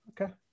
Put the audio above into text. okay